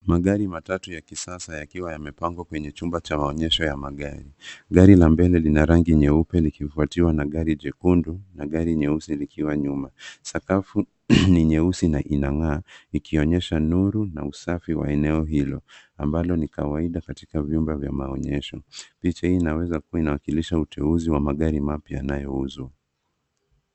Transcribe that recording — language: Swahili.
Magari matatu ya kisasa yakiwa yamepangwa kwenye chumba cha maonyesho ya magari. Gari la mbele lina rangi nyeupe likifuatiwa na gari jekundu na gari nyeusi likiwa nyuma. Sakafu ni nyeusi na inang'aa, likionyesha nuru na usafi wa eneo hilo ambalo ni kawaida katika vyumba vya maonyesho. Picha hii inaweza kuwa inawakilisha uteuzi wa magari mapya yanayouzwa.